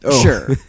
Sure